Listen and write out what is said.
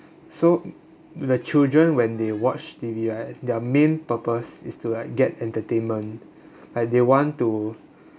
so the children when they watch T_V right their main purpose is to like get entertainment like they want to